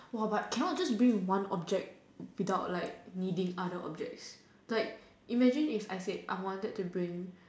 !wah! but cannot just bring one object without like needing other objects like imagine if I said I wanted to bring